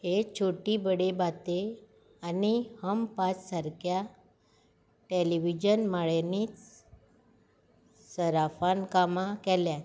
ये छोटी बडी बातें आनी हम पांच सारक्या टॅलिव्हिजन माळेंनींच सराफान कामां केल्यांत